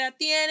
tiene